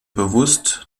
bewusst